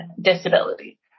disability